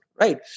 right